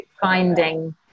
finding